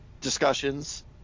discussions